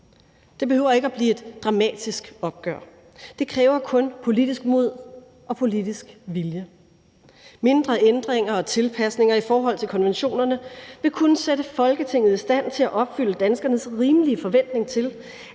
Det behøver ikke at blive et dramatisk opgør; det kræver kun politisk mod og politisk vilje. Mindre ændringer og tilpasninger i forhold til konventionerne vil kunne sætte Folketinget i stand til at opfylde danskernes rimelige forventning til,